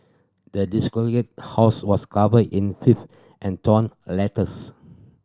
the house was covered in fifth and torn letters